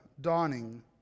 dawning